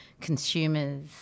consumers